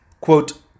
quote